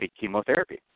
chemotherapy